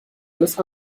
alles